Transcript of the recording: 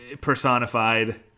personified